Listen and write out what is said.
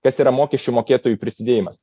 kas yra mokesčių mokėtojų prisidėjimas